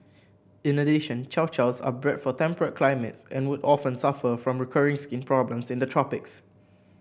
in addition Chow Chows are bred for temperate climates and would often suffer from recurring skin problems in the tropics